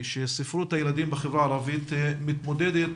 שספרות הילדים בחברה הערבית מתמודדת